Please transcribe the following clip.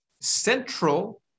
central